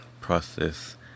process